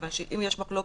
מכיוון שאם יש מחלוקת,